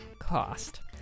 cost